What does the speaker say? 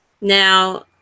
Now